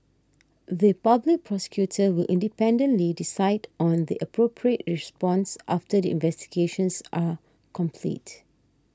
the Public Prosecutor will independently decide on the appropriate response after the investigations are complete